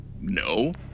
No